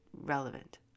relevant